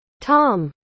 Tom